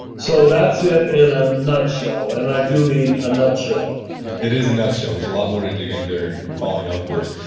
so that's it in a nutshell, and i do mean a nutshell it is a nutshell. there's a lot more to dig in there and in falling upward.